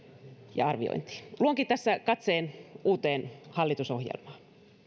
ja arviointiin luonkin tässä katseen uuteen hallitusohjelmaan